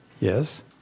Yes